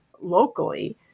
locally